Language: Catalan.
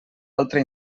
altre